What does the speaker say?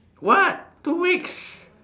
what two weeks